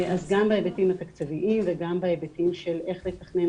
גם בהיבטים התקציביים וגם בהיבטים של איך לתכנן,